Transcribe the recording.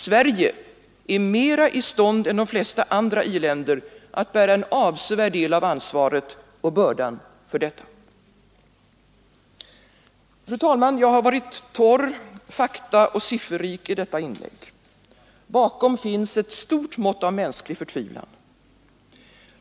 Sverige är mera i stånd än de flesta andra i-länder att bära en avsevärd del av ansvaret och bördan för detta. Jag har varit torr, faktaoch sifferrik i detta inlägg. Bakom finns ett stort mått av mänsklig förtvivlan.